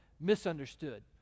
misunderstood